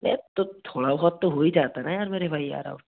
ए तो थोड़ा बहुत तो हो ही जाता ना यार मेरे भाई यार अब